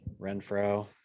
Renfro